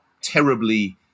terribly